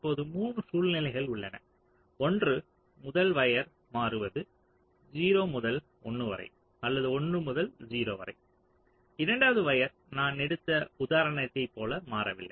இப்போது 3 சூழ்நிலைகள் உள்ளன ஒன்று முதல் வயர் மாறுவது 0 முதல் 1 வரை அல்லது 1 முதல் 0 வரை இரண்டாவது வயர் நான் எடுத்த உதாரணத்தைப் போல மாறவில்லை